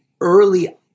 early